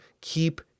keep